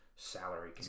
Salary